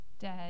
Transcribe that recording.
dead